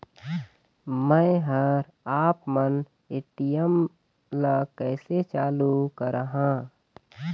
मैं हर आपमन ए.टी.एम ला कैसे चालू कराहां?